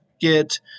get